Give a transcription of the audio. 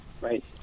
Right